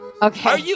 Okay